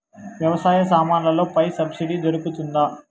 వ్యవసాయ సామాన్లలో పై సబ్సిడి దొరుకుతుందా?